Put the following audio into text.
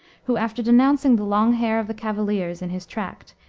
who, after denouncing the long hair of the cavaliers in his tract,